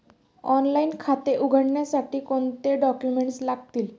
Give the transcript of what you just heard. Online खाते उघडण्यासाठी कोणते डॉक्युमेंट्स लागतील?